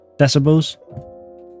decibels